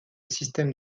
système